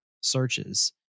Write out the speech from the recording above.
searches